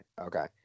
Okay